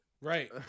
Right